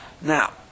Now